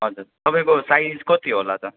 हजुर तपाईँको साइज कति होला त